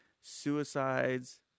suicides